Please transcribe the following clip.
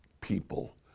people